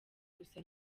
gusa